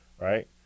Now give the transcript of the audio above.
right